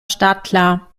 startklar